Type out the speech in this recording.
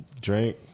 drink